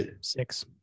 six